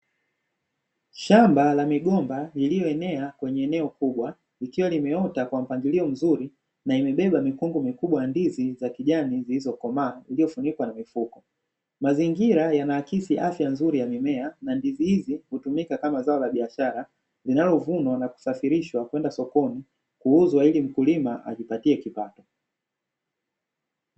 Shamba la migomba lililoenea kwenye eneo kubwa, ikiwa imeota kwa mpangilio mzuri na imebeba mikungu mikubwa ya ndizi za kijani zilizokomaa iliyofunikwa na mifuko. Mazingira yanaakisi afya nzuri ya mimea na ndizi hizi hutumika kama zao la biashara linalovunwa na kusafirishwa kwenda sokoni kuuzwa ili mkulima ajipatie kipato.